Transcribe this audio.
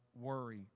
worry